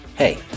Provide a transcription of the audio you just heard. Hey